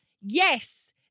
Yes